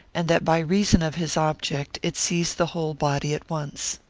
and that by reason of his object, it sees the whole body at once.